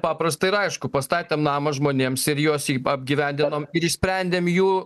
paprasta ir aišku pastatėm namą žmonėms ir juos jį apgyvendinom ir išsprendėm jų